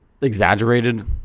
exaggerated